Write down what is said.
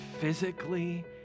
physically